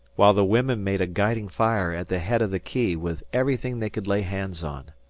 while the women made a guiding fire at the head of the quay with everything they could lay hands on.